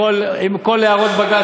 עם כל הערות בג"ץ,